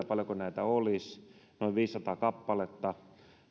paljonko näitä olisi kun seuraamusmaksu tulee noin viisisataa kappaletta